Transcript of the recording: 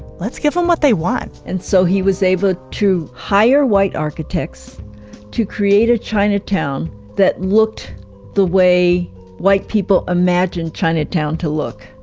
let's give them what they want. and so he was able to hire white architects to create a chinatown that looked the way white people imagined chinatown to look.